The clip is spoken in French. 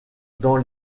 dans